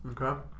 okay